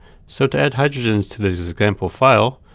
so to add hydrogens to this this example file,